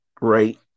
Right